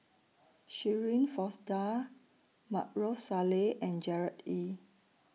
Shirin Fozdar Maarof Salleh and Gerard Ee